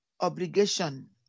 obligation